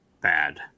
bad